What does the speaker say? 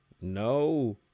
No